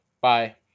bye